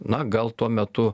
na gal tuo metu